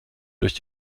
durch